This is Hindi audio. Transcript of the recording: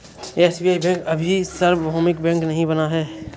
एस.बी.आई बैंक अभी सार्वभौमिक बैंक नहीं बना है